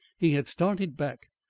he had started back,